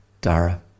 dara